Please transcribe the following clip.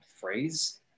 phrase